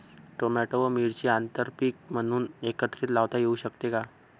Tomato व मिरची आंतरपीक म्हणून एकत्रित लावता येऊ शकते का?